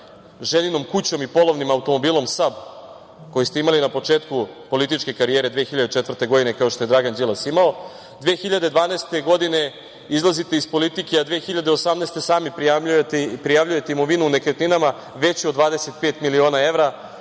ženinom kućom i polovnim automobilom SAAB, koji ste imali na početku političke karijere 2004. godine, kao što je Dragan Đilas imao, 2012. godine izlazite iz politike, a 2018. godine sami prijavljujete imovinu u nekretninama veću od 25 miliona evra,